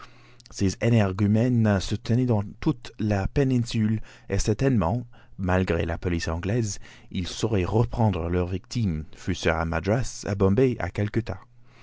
ces énergumènes se tenaient dans toute la péninsule et certainement malgré la police anglaise ils sauraient reprendre leur victime fût-ce à madras à bombay à